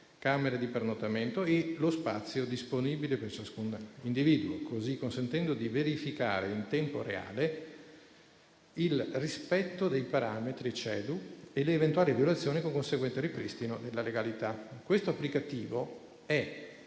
camere di pernottamento e lo spazio disponibile per ciascun individuo, consentendo così di verificare in tempo reale il rispetto dei parametri CEDU ed eventuali violazioni, con conseguente ripristino della legalità. Questo applicativo è